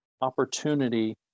opportunity